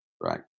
right